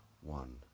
one